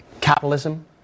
capitalism